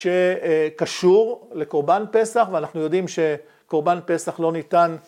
‫שקשור לקורבן פסח, ‫ואנחנו יודעים שקורבן פסח לא ניתן...